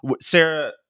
Sarah